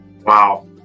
Wow